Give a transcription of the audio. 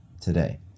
today